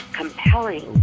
compelling